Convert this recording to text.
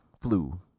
flu